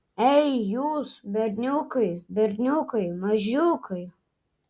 ei jūs berniukai berniukai mažiukai